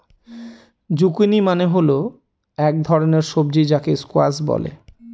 zucchini মানে হল এক ধরনের সবজি যাকে স্কোয়াশ বলে